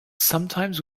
sometimes